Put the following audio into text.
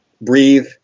breathe